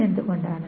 ഇതെന്തുകൊണ്ടാണ്